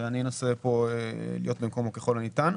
ואני אנסה פה להיות במקומו ככל הניתן.